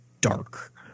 dark